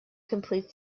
complete